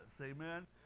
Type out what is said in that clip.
Amen